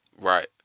Right